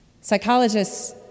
Psychologists